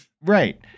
right